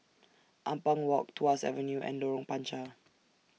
Ampang Walk Tuas Avenue and Lorong Panchar